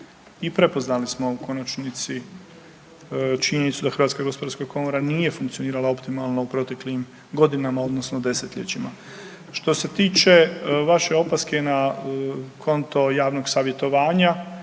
I prepoznali smo u konačnici činjenicu da HGK nije funkcionirala optimalno u proteklim godinama odnosno desetljećima. Što se tiče vaše opaske na konto javnog savjetovanja